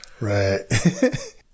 Right